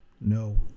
No